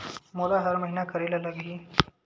मोला हर महीना करे ल लगही?